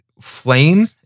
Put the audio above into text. flame